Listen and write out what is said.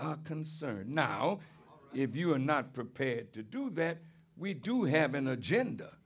concern now if you are not prepared to do that we do have an agenda